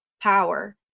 power